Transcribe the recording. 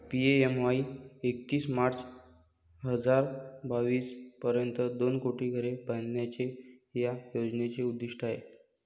PMAY एकतीस March हजार बावीस पर्यंत दोन कोटी घरे बांधण्याचे या योजनेचे उद्दिष्ट आहे